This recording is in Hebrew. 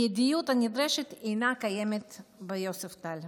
המיידיות הנדרשת אינה קיימת ביוספטל.